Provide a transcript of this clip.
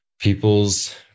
people's